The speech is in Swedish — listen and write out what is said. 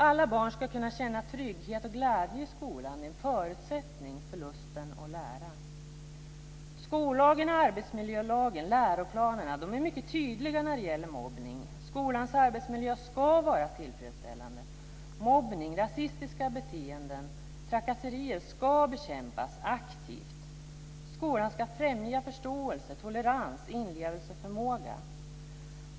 Alla barn ska kunna känna trygghet och glädje i skolan. Det är en förutsättning för lusten att lära. Skollagen, arbetsmiljölagen och läroplanerna är mycket tydliga när det gäller mobbning. Skolans arbetsmiljö ska vara tillfredsställande. Mobbning, rasistiska beteenden och trakasserier ska bekämpas aktivt. Skolan ska främja förståelse, tolerans och inlevelseförmåga.